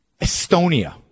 Estonia